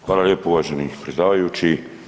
Hvala lijepo uvaženi predsjedavajući.